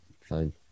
Fine